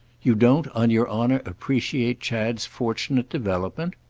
you don't, on your honour, appreciate chad's fortunate development?